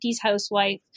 housewife